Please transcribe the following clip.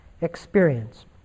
experience